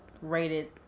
rated